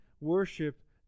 worship